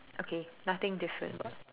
okay nothing different about it